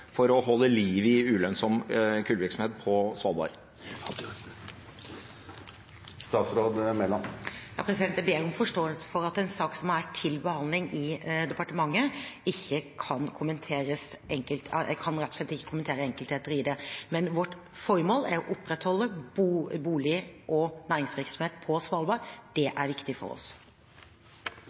for å holde liv i ulønnsom kullvirksomhet på Svalbard? Jeg ber om forståelse for at jeg rett og slett ikke kan kommentere enkeltheter i en sak som er til behandling i departementet. Men vårt formål er å opprettholde bolig- og næringsvirksomhet på Svalbard. Det er viktig for oss.